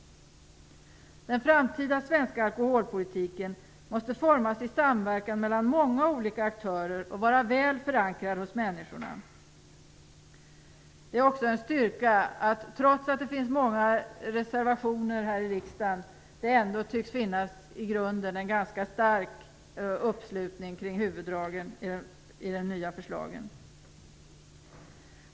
Den framtida svenska alkoholpolitiken måste formas i samverkan med många olika aktörer, och den måste vara väl förankrad hos människorna. Det är också en styrka att, trots att det finns många reservationer till betänkandet, det ändå tycks finnas en i grunden ganska stark uppslutning kring huvuddragen i de nya förslagen.